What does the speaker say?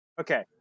Okay